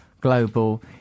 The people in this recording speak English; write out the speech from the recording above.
global